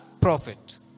prophet